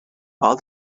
all